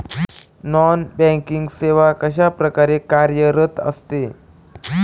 Non banking सेवा कशाप्रकारे कार्यरत असते?